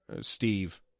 Steve